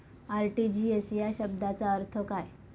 RTGS या शब्दाचा अर्थ काय?